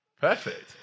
perfect